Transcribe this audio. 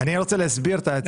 אני רוצה להסביר את ההצעה.